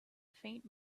faint